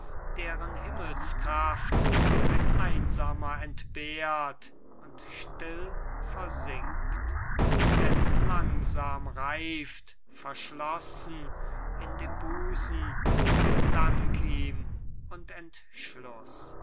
deren himmelskraft ein einsamer entbehrt und still versinkt denn langsam reift verschlossen in dem busen gedank ihm und entschluß